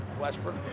Westbrook